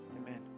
Amen